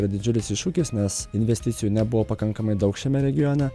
yra didžiulis iššūkis nes investicijų nebuvo pakankamai daug šiame regione